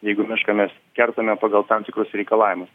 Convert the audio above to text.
jeigu mišką mes kertame pagal tam tikrus reikalavimus